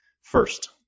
first